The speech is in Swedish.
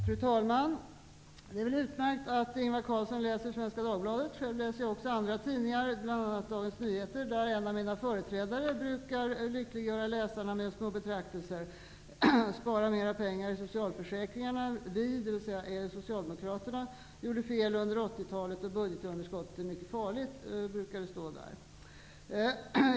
Fru talman! Det är väl utmärkt att Ingvar Carlsson läser Svenska Dagbladet. Själv läser jag också andra tidningar, bl.a. Dagens Nyheter, där en av mina företrädare brukar lyckliggöra läsarna med små betraktelser. Spara mer pengar i socialförsäkringarna, vi -- dvs. socialdemokraterna -- gjorde fel under 80-talet och budgetunderskottet är mycket farligt, brukar det stå där.